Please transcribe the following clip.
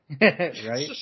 right